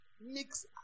Mix